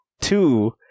two